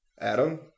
Adam